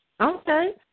Okay